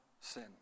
sin